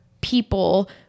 people